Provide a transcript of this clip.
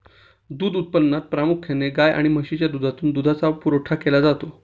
दूध उत्पादनात प्रामुख्याने गाय व म्हशीच्या दुधातून दुधाचा पुरवठा केला जातो